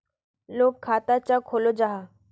लोग खाता चाँ खोलो जाहा?